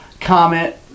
comment